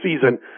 season